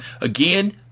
Again